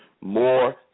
more